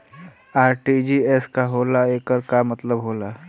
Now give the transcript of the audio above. RTGS का होला एकर का मतलब होला?